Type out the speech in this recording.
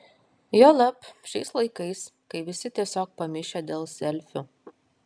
juolab šiais laikais kai visi tiesiog pamišę dėl selfių